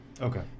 Okay